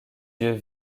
yeux